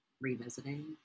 revisiting